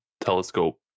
Telescope